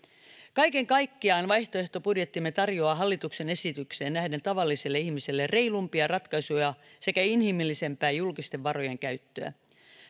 kaiken kaikkiaan vaihtoehtobudjettimme tarjoaa hallituksen esitykseen nähden tavalliselle ihmiselle reilumpia ratkaisuja sekä inhimillisempää julkisten varojen käyttöä